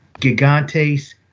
gigantes